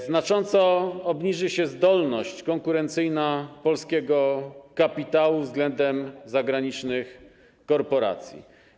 Znacząco obniży się zdolność konkurencyjna polskiego kapitału względem zagranicznych korporacji.